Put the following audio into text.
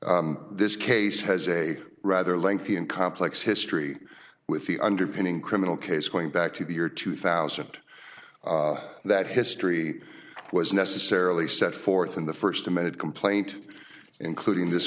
georgia this case has a rather lengthy and complex history with the underpinning criminal case going back to the year two thousand that history was necessarily set forth in the first amended complaint including this